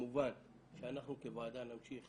כמובן שאנחנו כוועדה נמשיך